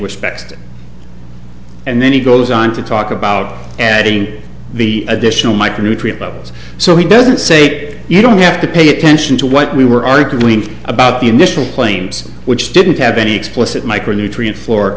respected and then he goes on to talk about adding the additional micronutrient levels so he doesn't say you don't have to pay attention to what we were arguing about the initial claims which didn't have any explicit micronutrient f